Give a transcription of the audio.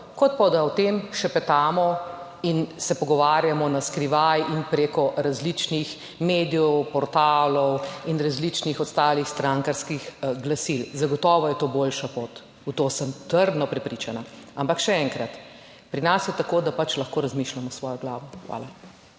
kot pa da o tem šepetamo in se pogovarjamo na skrivaj in preko različnih medijev, portalov in različnih ostalih strankarskih glasil. Zagotovo je to boljša pot, v to sem trdno prepričana. Ampak še enkrat, pri nas je tako, da pač lahko razmišljamo s svojo glavo. Hvala.